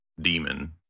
demon